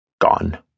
Gone